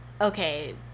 okay